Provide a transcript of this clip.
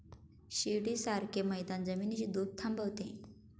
शिडीसारखे मैदान जमिनीची धूप थांबवते